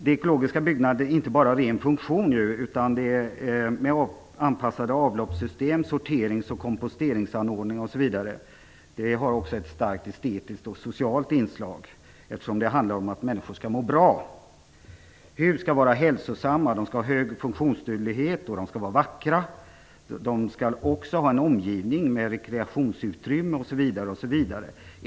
Det ekologiska byggandet handlar inte bara om en ren funktion med anpassade avloppssystem, sorterings och komposteringsanordningar osv., det finns också ett starkt estetiskt och socialt inslag eftersom det handlar om att människor skall må bra. Hus skall vara hälsosamma, ha hög funktionsduglighet, vara vackra och ha en omgivning med rekreationsutrymme osv.